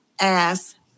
ass